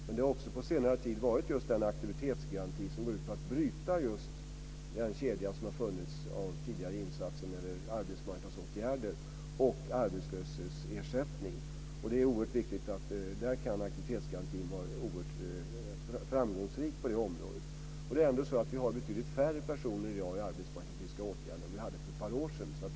Men det har också under senare tid varit just den aktivitetsgaranti som går ut på att bryta den kedja som har funnits av tidigare insatser när det gäller arbetsmarknadsåtgärder och arbetslöshetsersättning. Det är oerhört viktigt. På det området kan aktivitetsgarantin vara oerhört framgångsrik. Vi har ändå betydligt färre personer i dag i arbetsmarknadspolitiska åtgärder än vad vi hade för ett par år sedan.